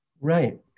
Right